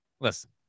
listen